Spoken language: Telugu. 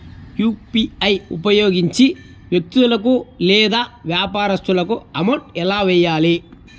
యు.పి.ఐ ఉపయోగించి వ్యక్తులకు లేదా వ్యాపారస్తులకు అమౌంట్ ఎలా వెయ్యాలి